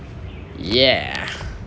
ya